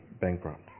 bankrupt